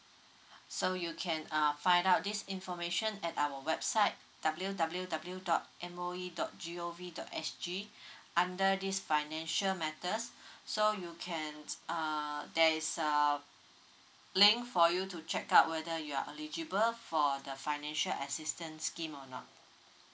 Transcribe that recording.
so you can uh find out this information at our website W_W_W dot M O E dot G_O_V dot S_G under this financial matters so you can uh there is uh link for you to check out whether you are eligible for the financial assistance scheme or not